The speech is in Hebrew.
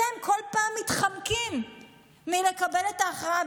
אתם כל פעם מתחמקים מלקבל את ההכרעה,